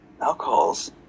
alcohol's